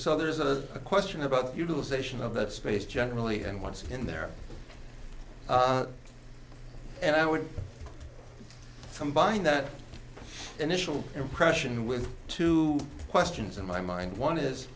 so there's a question about utilization of the space generally and once in there and i would combine that initial impression with two questions in my mind one is